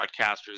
broadcasters